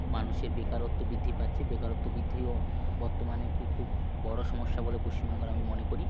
মানুষের বেকারত্ব বৃদ্ধি পাচ্ছে বেকারত্ব বৃদ্ধি বর্তমানে একটি খুব বড়ো সমস্যা বলে পশ্চিমবঙ্গের আমি মনে করি